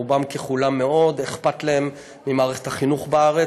רובם ככולם, מאוד אכפת להם ממערכת החינוך בארץ.